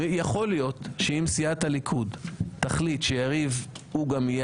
יכול להיות שאם סיעת הליכוד תחליט שיריב יהיה